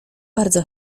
bardzo